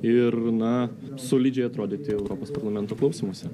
ir na solidžiai atrodyti europos parlamento klausymuose